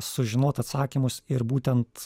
sužinot atsakymus ir būtent